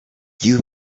you